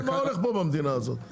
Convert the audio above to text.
מה הולך פה במדינה הזאת?